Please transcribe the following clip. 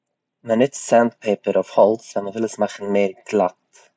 מען נוצט סענדפעפער אויף האלץ ווען מען וויל עס מאכן מער גלאט.